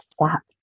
accept